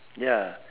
ya